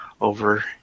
over